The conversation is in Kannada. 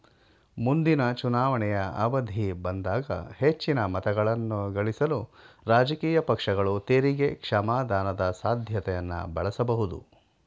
ಮುಂದಿನ ಚುನಾವಣೆಯ ಅವಧಿ ಬಂದಾಗ ಹೆಚ್ಚಿನ ಮತಗಳನ್ನಗಳಿಸಲು ರಾಜಕೀಯ ಪಕ್ಷಗಳು ತೆರಿಗೆ ಕ್ಷಮಾದಾನದ ಸಾಧ್ಯತೆಯನ್ನ ಬಳಸಬಹುದು